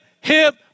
hip